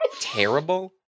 terrible